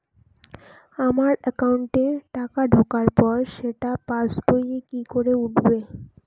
আমার একাউন্টে টাকা ঢোকার পর সেটা পাসবইয়ে কি করে উঠবে?